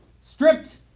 Stripped